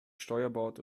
steuerbord